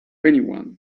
anyone